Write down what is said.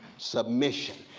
submission,